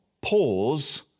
pause